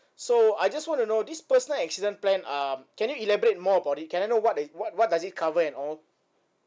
so I just want to know this personal accident plan um can you elaborate more about it can I know what is what what does it cover and all